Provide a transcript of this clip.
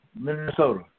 Minnesota